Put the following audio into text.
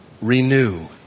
renew